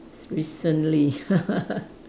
recently